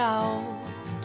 out